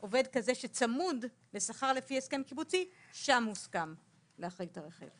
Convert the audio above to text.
שאותו רכיב הוא לא חלק ממשכורת היסוד של העובד,